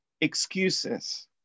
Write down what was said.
excuses